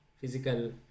physical